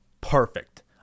perfect